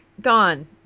gone